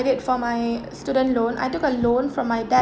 did for my student loan I took a loan from my da~